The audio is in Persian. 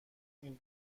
این